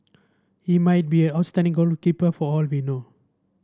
he might be outstanding goalkeeper for all we know